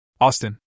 Austin